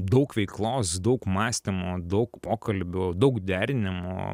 daug veiklos daug mąstymo daug pokalbių daug derinimo